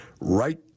right